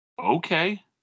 okay